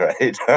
right